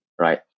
right